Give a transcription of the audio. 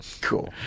Cool